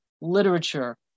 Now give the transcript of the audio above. literature